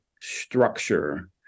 structure